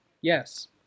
Yes